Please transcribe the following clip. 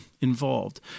involved